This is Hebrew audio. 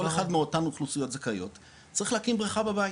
כל אחד מאותן אוכלוסיות זכאיות צריך להקים בריכה בבית,